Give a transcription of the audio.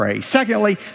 Secondly